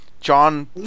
John